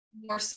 more